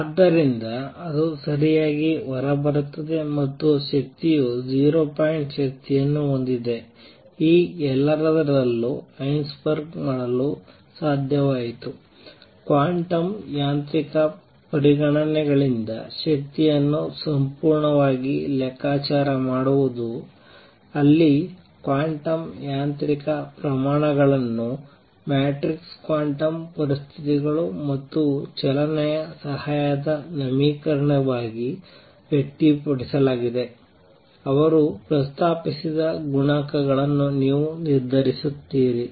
ಆದ್ದರಿಂದ ಅದು ಸರಿಯಾಗಿ ಹೊರಬರುತ್ತದೆ ಮತ್ತು ಶಕ್ತಿಯು 0 ಪಾಯಿಂಟ್ ಶಕ್ತಿಯನ್ನು ಹೊಂದಿದೆ ಈ ಎಲ್ಲದರಲ್ಲೂ ಹೈಸೆನ್ಬರ್ಗ್ ಮಾಡಲು ಸಾಧ್ಯವಾಯಿತು ಕ್ವಾಂಟಮ್ ಯಾಂತ್ರಿಕ ಪರಿಗಣನೆಗಳಿಂದ ಶಕ್ತಿಯನ್ನು ಸಂಪೂರ್ಣವಾಗಿ ಲೆಕ್ಕಾಚಾರ ಮಾಡುವುದು ಅಲ್ಲಿ ಕ್ವಾಂಟಮ್ ಯಾಂತ್ರಿಕ ಪ್ರಮಾಣಗಳನ್ನು ಮ್ಯಾಟ್ರಿಕ್ಸ್ ಕ್ವಾಂಟಮ್ ಪರಿಸ್ಥಿತಿಗಳು ಮತ್ತು ಚಲನೆಯ ಸಹಾಯದ ಸಮೀಕರಣವಾಗಿ ವ್ಯಕ್ತಪಡಿಸಲಾಗುತ್ತದೆ ಅವರು ಪ್ರಸ್ತಾಪಿಸಿದ ಈ ಗುಣಾಂಕಗಳನ್ನು ನೀವು ನಿರ್ಧರಿಸುತ್ತೀರಿ